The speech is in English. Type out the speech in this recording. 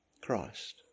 Christ